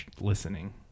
listening